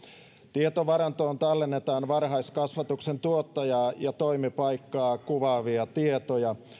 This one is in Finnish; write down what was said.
tietovarantoon tallennetaan varhaiskasvatuksen tuottajaa ja toimipaikkaa kuvaavia tietoja